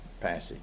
passage